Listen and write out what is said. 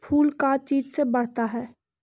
फूल का चीज से बढ़ता है?